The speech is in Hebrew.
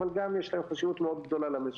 אבל גם יש להם חשיבות גדולה מאוד למשק.